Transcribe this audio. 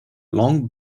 long